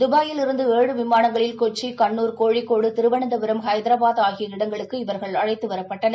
தபாயில் இருந்து ஏழு விமானங்களில்கொச்சி கண்ணூர் கோழிக்கோடு திருவனந்தபுரம் ஹைதராபாத் ஆகிய இடங்களுக்குஇவர்கள் அழைத்துவரப்பட்டனர்